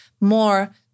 more